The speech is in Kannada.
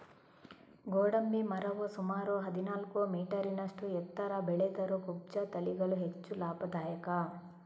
ಗೋಡಂಬಿ ಮರವು ಸುಮಾರು ಹದಿನಾಲ್ಕು ಮೀಟರಿನಷ್ಟು ಎತ್ತರ ಬೆಳೆದರೂ ಕುಬ್ಜ ತಳಿಗಳು ಹೆಚ್ಚು ಲಾಭದಾಯಕ